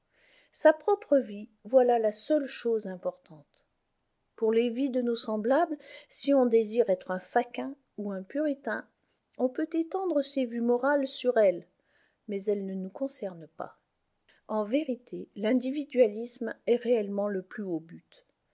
sa propre vie voilà la seule chose importante pour les vies de nos semblables si on désire être un faquin ou un puritain on peut étendre ses vues morales sur elles mais elles ne nous concernent pas en vérité l'individualisme est réellement le plus haut but